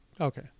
okay